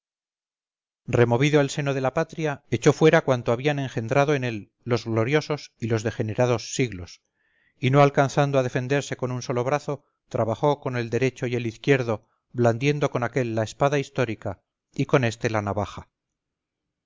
removido el seno de la patria echó fuera cuanto habían engendrado en él los gloriosos y los degenerados siglos y no alcanzando a defenderse con un solo brazo trabajó con el derecho y el izquierdo blandiendo con aquel la espada histórica y con este la navaja